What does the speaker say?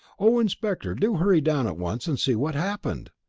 oh, inspector, do hurry down at once and see what's happened!